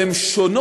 אבל הן שונות